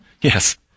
Yes